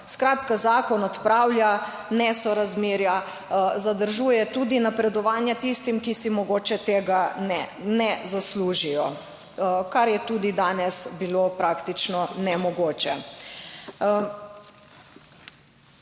Skratka, zakon odpravlja nesorazmerja. Zadržuje tudi napredovanja tistim, ki si mogoče tega ne zaslužijo, kar je tudi danes bilo praktično nemogoče.